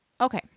Okay